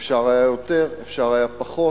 אפשר היה יותר, אפשר היה פחות.